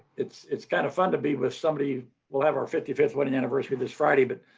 it's it's kind of fun to be with somebody we'll have our fifty fifth wedding anniversary this friday but